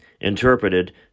interpreted